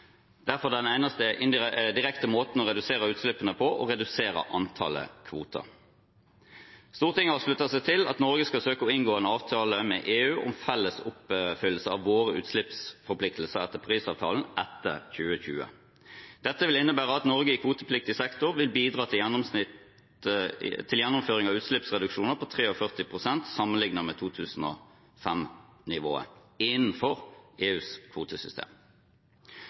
den eneste direkte måten å redusere utslippene på å redusere antallet kvoter. Stortinget har sluttet seg til at Norge skal søke å inngå en avtale med EU om felles oppfyllelse av våre utslippsforpliktelser etter Paris-avtalen etter 2020. Dette vil innebære at Norge i kvotepliktig sektor vil bidra til gjennomføring av utslippsreduksjoner på 43 pst. sammenlignet med 2005-nivået – innenfor EUs kvotesystem.